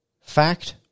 Fact